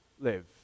live